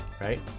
Right